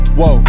whoa